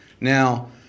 now